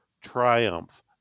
triumph